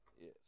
Yes